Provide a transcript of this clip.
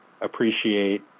appreciate